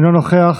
אינו נוכח.